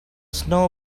snow